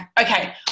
okay